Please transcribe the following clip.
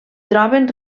troben